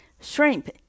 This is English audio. Shrimp